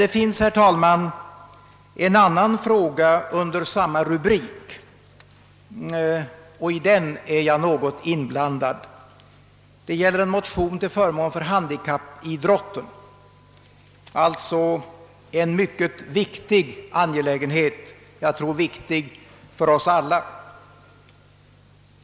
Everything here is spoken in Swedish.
Det finns emellertid, herr talman, en annan fråga under denna rubrik som jag är något inblandad i. Det gäller en motion till förmån för handikappidrotten, alltså en mycket viktig angelägenhet — jag tror viktig för oss alla.